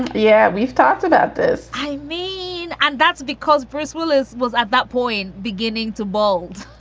yeah. we've talked about this. i mean, and that's because bruce willis was at that point beginning to bald.